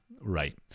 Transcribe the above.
right